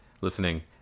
Listening